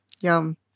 Yum